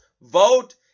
vote